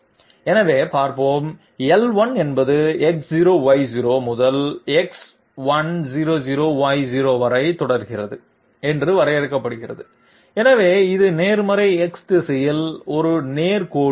எனவே பார்ப்போம் l1 என்பது X0Y0 முதல் X100Y0 வரை தொடங்குகிறது என்று வரையறுக்கப்படுகிறது எனவே இது நேர்மறை X திசையில் ஒரு நேர் கோடு